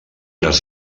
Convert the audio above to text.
les